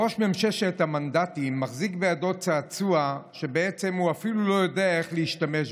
ראש ממששת המנדטים מחזיק בידו צעצוע שהוא אפילו לא יודע איך להשתמש בו.